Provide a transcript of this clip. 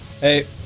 Hey